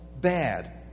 bad